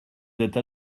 êtes